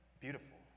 beautiful